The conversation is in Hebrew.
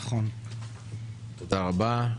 תודה רבה.